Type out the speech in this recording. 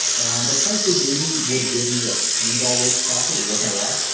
and the price they gave me would give me a few dollars profit, it wasn't a lot.